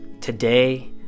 Today